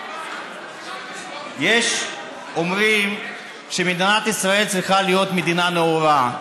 יש האומרים שמדינת ישראל צריכה להיות מדינה נאורה,